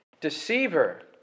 deceiver